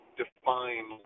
define